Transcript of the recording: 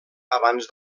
abans